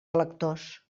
electors